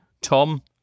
Tom